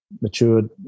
matured